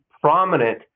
prominent